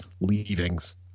leavings